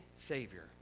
Savior